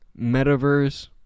Metaverse